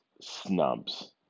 snubs